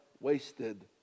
wasted